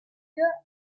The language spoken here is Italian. league